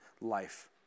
life